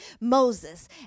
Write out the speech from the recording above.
Moses